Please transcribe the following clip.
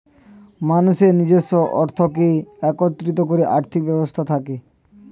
মানুষের নিজস্ব অর্থকে একত্রিত করে আর্থিক ব্যবস্থা থাকে